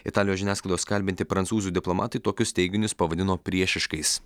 italijos žiniasklaidos kalbinti prancūzų diplomatai tokius teiginius pavadino priešiškais